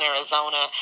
Arizona